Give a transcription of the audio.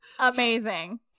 amazing